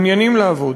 מעוניינים לעבוד.